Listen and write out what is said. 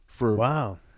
Wow